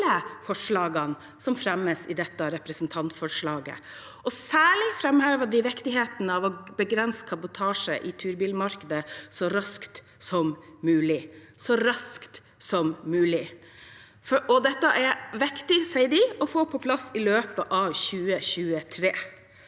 forslagene som fremmes i dette representantforslaget. Særlig framhevet de viktigheten av å begrense kabotasje i turbilmarkedet så raskt som mulig – så raskt som mulig. De sier at dette er viktig å få på plass i løpet av 2023.